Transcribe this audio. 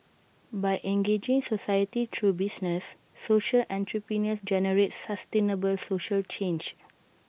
by engaging society through business social entrepreneurs generate sustainable social change